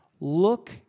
look